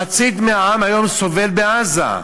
מחצית מהעם היום סובל, בעזה,